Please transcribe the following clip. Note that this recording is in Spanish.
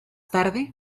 tarde